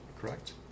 correct